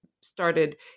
started